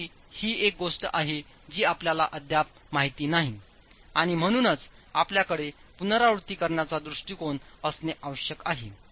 तरkdही एक गोष्ट आहे जी आपल्याला अद्याप माहित नाही आणि म्हणूनच आपल्याकडेपुनरावृत्ती करण्याचा दृष्टीकोनअसणे आवश्यक आहे